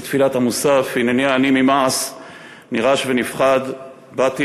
בתפילת המוסף: "הנני העני ממעש נרעש ונפחד באתי